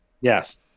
Yes